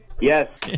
Yes